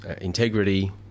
integrity